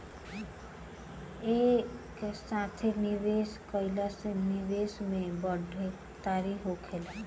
एक साथे निवेश कईला से निवेश में बढ़ोतरी होखेला